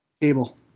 Table